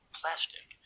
plastic